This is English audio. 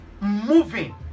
moving